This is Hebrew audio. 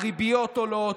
הריביות עולות,